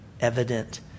evident